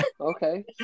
okay